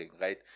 right